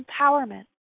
empowerment